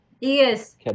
Yes